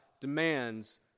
demands